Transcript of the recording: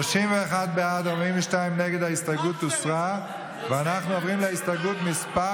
אנחנו עוברים להסתייגות מס'